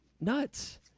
Nuts